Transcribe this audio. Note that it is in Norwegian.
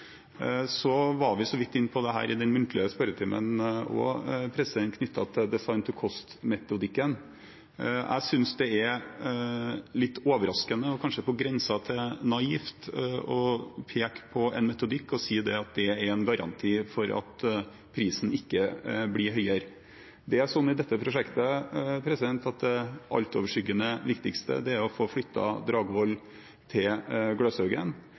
var så vidt inne på dette i den muntlige spørretimen også, knyttet til «design-to-cost»-metodikken. Jeg synes det er litt overraskende og kanskje på grensen til naivt å peke på en metodikk og si at det er en garanti for at prisen ikke blir høyere. I dette prosjektet er det slik at det altoverskyggende viktige er å få flyttet Dragvoll til